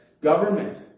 Government